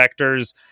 vectors